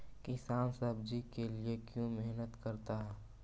किसान सब्जी के लिए क्यों मेहनत करता है?